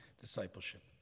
discipleship